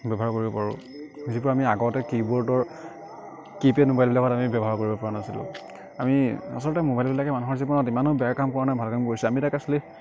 ব্যৱহাৰ কৰিব পাৰোঁ যিটো আমি আগতে কীবৰ্ডৰ কীপেইড মোবাইলবিলাকত আমি ব্যৱহাৰ কৰিব পৰা নাছিলোঁ আমি আচলতে মোবাইলবিলাকে মানুহৰ জীৱনত ইমানো বেয়া কাম কৰা নাই ভাল কাম কৰিছে আমি তাক আচলতে